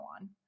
on